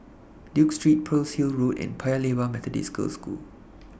Duke Street Pearl's Hill Road and Paya Lebar Methodist Girls' School